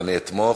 אני אתמוך.